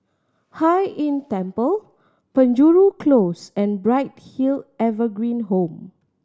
Hai Inn Temple Penjuru Close and Bright Hill Evergreen Home